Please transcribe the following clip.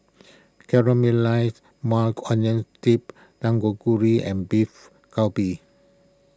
Caramelized Maui Onion Dip and Beef Galbi